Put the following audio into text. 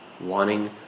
wanting